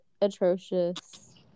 Atrocious